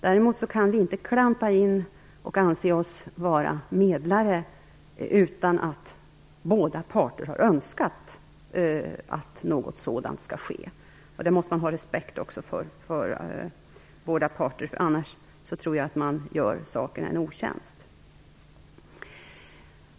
Däremot kan vi inte klampa in och anse oss vara medlare utan att båda parter har önskat att något sådant skall ske. Man måste ha respekt för båda parter, i annat fall tror jag att man gör en otjänst.